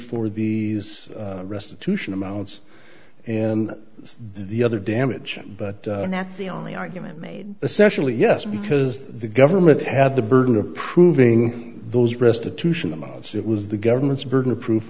for the restitution amounts and the other damage but that's the only argument made especially yes because the government had the burden of proving those restitution amounts it was the government's burden of proof